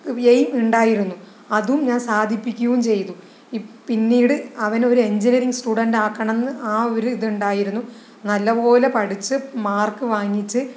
aim ഉണ്ടായിരുന്നു അതും ഞാൻ സാധിപ്പിക്കുകയും ചെയ്തു പിന്നീട് അവനെ ഒരു എഞ്ചിനിയറിംഗ് സ്റ്റുഡന്റ് ആക്കണമെന്ന് ആ ഒരു ഇതുണ്ടായിരുന്നു നല്ല പോലെ പഠിച്ച് മാർക്ക് വാങ്ങിച്ച്